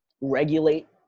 regulate